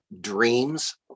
dreams